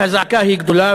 והזעקה היא גדולה,